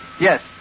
Yes